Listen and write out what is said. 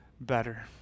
better